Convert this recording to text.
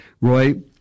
roy